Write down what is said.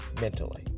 mentally